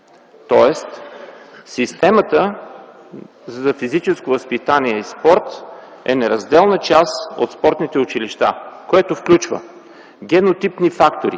Тоест системата за физическо възпитание и спорт е неразделна част от спортните училища, което включва генотипни фактори